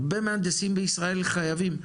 הרבה מהנדסים בישראל חייבים ,